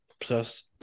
Plus